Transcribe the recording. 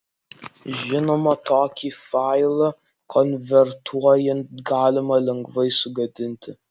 žinoma tokį failą konvertuojant galima lengvai sugadinti